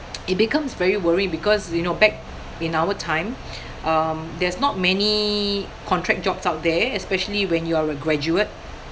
it becomes very worry because you know back in our time um there's not many contract jobs out there especially when you're a graduate